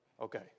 Okay